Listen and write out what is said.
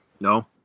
no